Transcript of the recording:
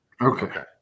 okay